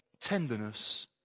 tenderness